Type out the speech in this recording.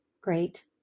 great